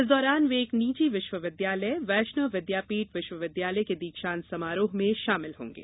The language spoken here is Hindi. इस दौरान वे एक निजी विश्वविद्यालय वैष्णव विद्यापीठ विश्वविद्यालय के दीक्षांत समारोह में शामिल होंगे